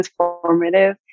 transformative